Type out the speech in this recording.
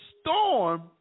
storm